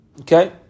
Okay